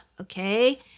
okay